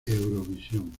eurovisión